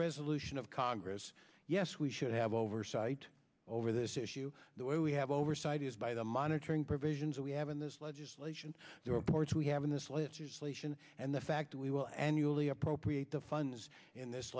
resolution of congress yes we should have oversight over this issue the way we have oversight is by the monitoring provisions that we have in this legislation the reports we have in this last year solution and the fact that we will annually appropriate the funds in this